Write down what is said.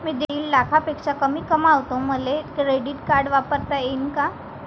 मी दीड लाखापेक्षा कमी कमवतो, मले क्रेडिट कार्ड वापरता येईन का?